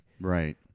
Right